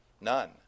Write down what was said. None